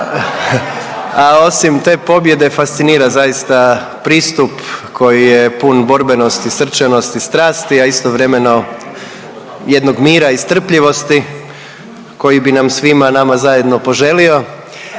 a osim te pobjede, fascinira zaista pristup koji je pun borbenosti, srčanosti, strasti, a istovremeno jednog mira i strpljivosti koji bi nam svima nama zajedno poželio